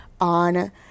on